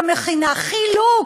במכינה, חילוק.